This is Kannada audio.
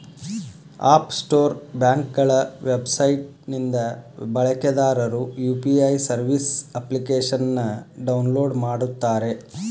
ಆಪ್ ಸ್ಟೋರ್ ಬ್ಯಾಂಕ್ಗಳ ವೆಬ್ಸೈಟ್ ನಿಂದ ಬಳಕೆದಾರರು ಯು.ಪಿ.ಐ ಸರ್ವಿಸ್ ಅಪ್ಲಿಕೇಶನ್ನ ಡೌನ್ಲೋಡ್ ಮಾಡುತ್ತಾರೆ